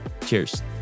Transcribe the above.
Cheers